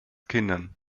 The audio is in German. kindern